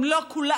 אם לא כולן,